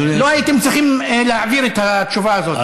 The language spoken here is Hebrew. לא הייתם צריכים להעביר את התשובה הזו,